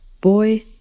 Boy